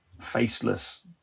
faceless